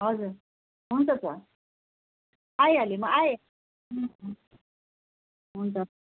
हजुर हुन्छ सर आइहालेँ म आएँ हुन्छ